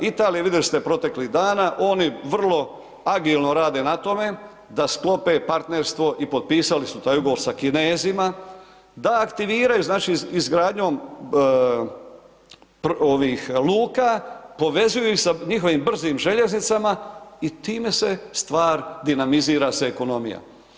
Italija, vidjeli ste proteklih dana, oni vrlo agilno rade na tome da sklope partnerstvo i potpisali su taj ugovor sa Kinezima da aktiviraju znači izgradnjom luka, povezuju ih sa njihovim brzim željeznicama i time se stvar, dinamizira se ekonomija.